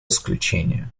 исключения